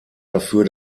dafür